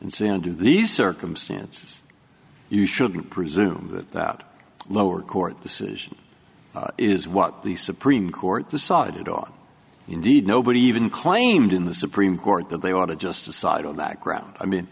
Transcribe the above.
and send to these circumstances you shouldn't presume that that lower court decision is what the supreme court decided on indeed nobody even claimed in the supreme court that they ought to just decide on that ground i mean